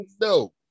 no